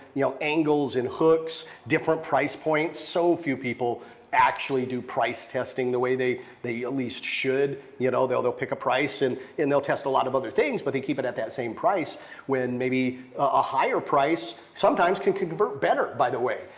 you know, angles and hooks, different price points. so, few people actually do price testing the way they at least should, you know, they'll they'll pick a price and and they'll test a lot of other things, but they keep it at that same price when maybe a higher price sometimes can convert better by the way.